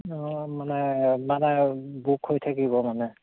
অঁ মানে মানে বুক হৈ থাকিব মানে